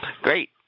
Great